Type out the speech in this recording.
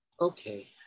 Okay